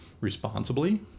responsibly